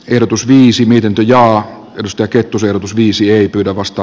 ehdotus viisi miten tulijaa josta kettusen opus viisi ei pyydä vasta